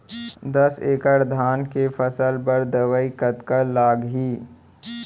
दस एकड़ धान के फसल बर दवई कतका लागही?